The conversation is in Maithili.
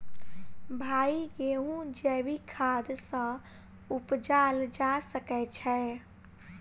भाई गेंहूँ जैविक खाद सँ उपजाल जा सकै छैय?